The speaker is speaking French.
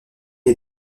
est